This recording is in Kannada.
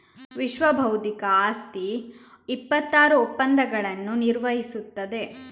ವಿಶ್ವಬೌದ್ಧಿಕ ಆಸ್ತಿ ಇಪ್ಪತ್ತಾರು ಒಪ್ಪಂದಗಳನ್ನು ನಿರ್ವಹಿಸುತ್ತದೆ